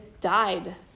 died